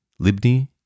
Libni